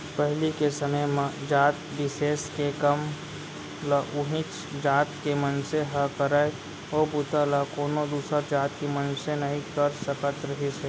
पहिली के समे म जात बिसेस के काम ल उहींच जात के मनसे ह करय ओ बूता ल कोनो दूसर जात के मनसे नइ कर सकत रिहिस हे